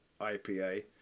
IPA